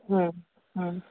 হ্যাঁ হ্যাঁ